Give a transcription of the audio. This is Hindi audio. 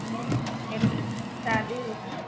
हमें मेरी बहन की शादी है सर